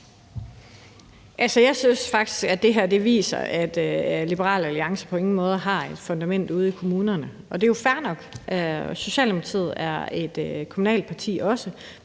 Jeg synes faktisk, at det her viser, at Liberal Alliance på ingen måde har et fundament ude i kommunerne, og det er jo fair nok. Socialdemokratiet er også et kommunalt parti.